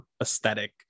aesthetic